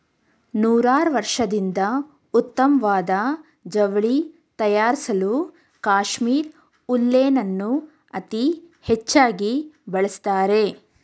ನೂರಾರ್ವರ್ಷದಿಂದ ಉತ್ತಮ್ವಾದ ಜವ್ಳಿ ತಯಾರ್ಸಲೂ ಕಾಶ್ಮೀರ್ ಉಲ್ಲೆನನ್ನು ಅತೀ ಹೆಚ್ಚಾಗಿ ಬಳಸ್ತಾರೆ